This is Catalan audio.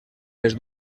les